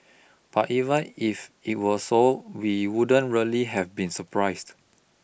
but even if it were so we wouldn't really have been surprised